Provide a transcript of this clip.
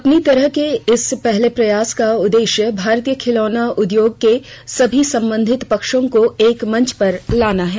अपनी तरह के इस पहले प्रयास का उददेश्य भारतीय खिलौना उदयोग के सभी संबंधित पक्षों को एक मंच पर लाना है